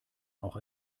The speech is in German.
auch